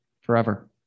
forever